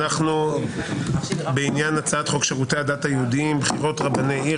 אנחנו בעניין הצעת חוק שירותי הדת היהודיים (בחירות רבני עיר,